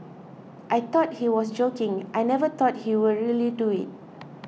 I thought he was joking I never thought he will really do it